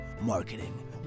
marketing